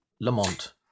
Lamont